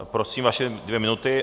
Prosím, vaše dvě minuty.